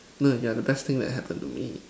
no you're the best thing that happened to me